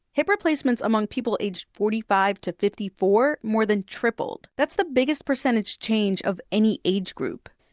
hip replacements among people aged forty five to fifty four more than tripled. that's the biggest percentage change of any age group.